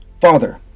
Father